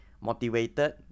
motivated